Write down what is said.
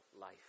life